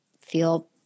feel